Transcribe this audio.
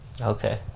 Okay